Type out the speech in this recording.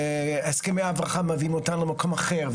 הסכמי אברהם מביאים אותנו למקום אחר,